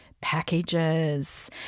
packages